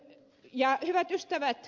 hyvät ystävät ed